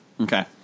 Okay